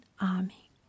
army